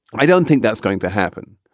i don't think that's going to happen.